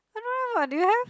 why not do you have